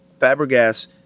Fabregas